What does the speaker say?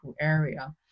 area